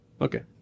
Okay